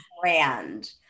brand